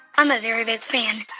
i'm a very big fan.